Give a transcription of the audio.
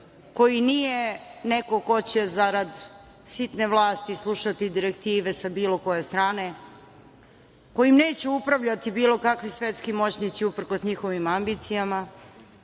koji nije neko ko će zarad sitne vlasti slušati direktive sa bilo koje strane, kojim neće upravljati bilo kakvi svetski moćnici uprkos njihovim ambicijama.